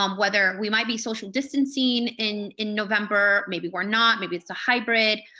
um whether we might be social distancing in in november, maybe we're not, maybe it's a hybrid.